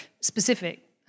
specific